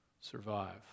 survive